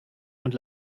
und